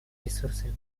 ресурсами